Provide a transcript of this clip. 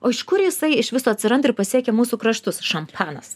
o iš kur jisai iš viso atsiranda ir pasiekia mūsų kraštus šampanas